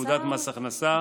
לפקודת מס הכנסה,